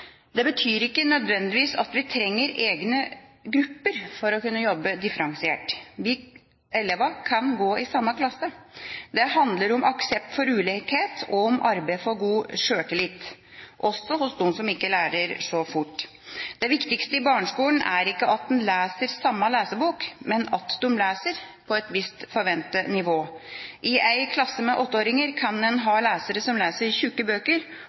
Det betyr ikke nødvendigvis at vi trenger egne grupper for å jobbe differensiert. Elevene kan gå i samme klasse. Det handler om aksept for ulikhet og om å arbeide for god sjøltillit – også for dem som ikke lærer så fort. Det viktigste i barneskolen er ikke at de leser samme lesebok, men at de leser på et visst forventet nivå. I en klasse med 8-åringer kan en ha lesere som leser tjukke bøker,